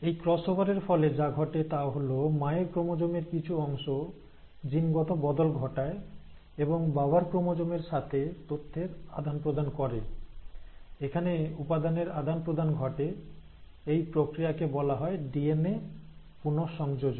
এই ক্রসওভার এর ফলে যা ঘটে তা হল মায়ের ক্রোমোজোমের কিছু অংশ জিনগত বদল ঘটায় এবং বাবার ক্রোমোজোমের সাথে তথ্যের আদান প্রদান করে এখানে উপাদানের আদান প্রদান ঘটে এই প্রক্রিয়াকে বলা হয় ডিএনএ পুনঃসংযোজন